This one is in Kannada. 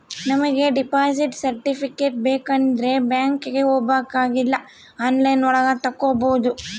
ನಮಿಗೆ ಡೆಪಾಸಿಟ್ ಸರ್ಟಿಫಿಕೇಟ್ ಬೇಕಂಡ್ರೆ ಬ್ಯಾಂಕ್ಗೆ ಹೋಬಾಕಾಗಿಲ್ಲ ಆನ್ಲೈನ್ ಒಳಗ ತಕ್ಕೊಬೋದು